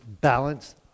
balance